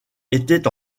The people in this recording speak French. était